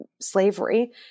slavery